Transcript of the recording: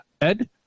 Ed